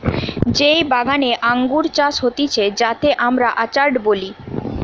যেই বাগানে আঙ্গুর চাষ হতিছে যাতে আমরা অর্চার্ড বলি